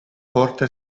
porta